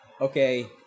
okay